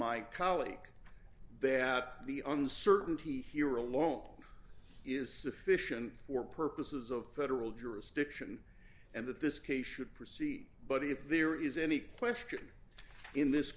my colleague that the uncertainty here along is sufficient for purposes of federal jurisdiction and that this case should proceed but if there is any question in this